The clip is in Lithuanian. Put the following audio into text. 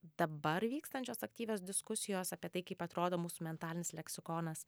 dabar vykstančios aktyvios diskusijos apie tai kaip atrodo mūsų mentalinis leksikonas